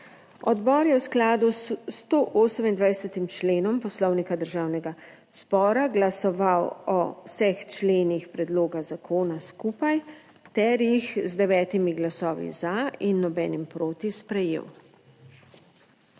Odbor je v skladu s 128. členom Poslovnika Državnega zbora glasoval o vseh členih predloga zakona skupaj ter jih z 9 glasovi za in nobenim proti sprejel.